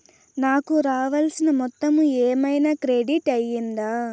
నాకు రావాల్సిన మొత్తము ఏమన్నా క్రెడిట్ అయ్యిందా